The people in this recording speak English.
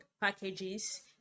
packages